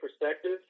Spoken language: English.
perspective